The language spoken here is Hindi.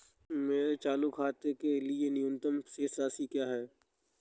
मेरे चालू खाते के लिए न्यूनतम शेष राशि क्या है?